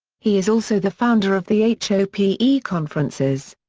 he is also the founder of the h o p e. conferences.